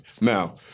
Now